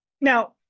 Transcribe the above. Now